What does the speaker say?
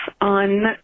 on